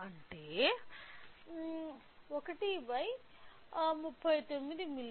అంటే 139 మిల్లీ